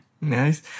Nice